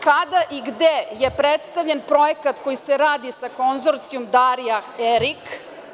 Kada i gde je predstavljen projekat koji se radi sa Konzorcijumom Darija Erik?